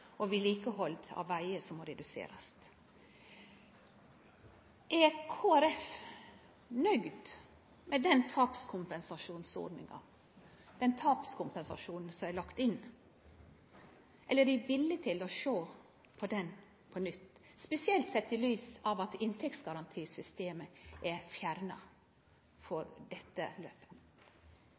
og vedlikehald av vegar som må reduserast. Er Kristeleg Folkeparti nøgd med den tapskompensasjonsordninga som er lagd inn, eller er dei villige til å sjå på ho på nytt, spesielt sett i lys av at inntektsgarantisystemet er fjerna for dette løpet?